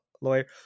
lawyer